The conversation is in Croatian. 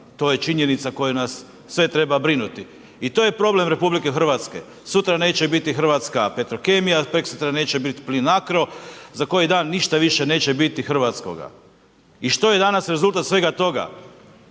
To je činjenica koja nas sve treba brinuti. I to je problem RH. Sutra neće biti hrvatska Petrokemija, preksutra neće biti Plinacro, za koji dan ništa više neće biti hrvatskoga. I što je danas rezultat svega toga?